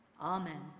Amen